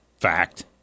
fact